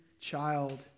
child